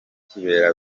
kibera